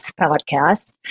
podcast